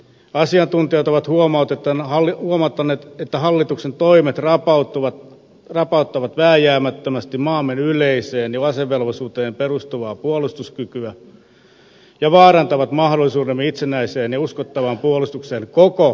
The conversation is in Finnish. asiantuntijat ovat huomauttaneet että hallituksen toimet rapauttavat vääjäämättömästi maamme yleiseen asevelvollisuuteen perustuvaa puolustuskykyä ja vaarantavat mahdollisuutemme itsenäiseen ja uskottavaan puolustukseen koko valtakunnan alueella